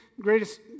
greatest